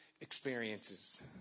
experiences